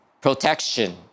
protection